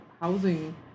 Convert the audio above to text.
housing